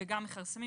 וגם מכרסמים.